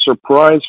surprise